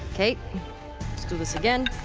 kay, let's do this again.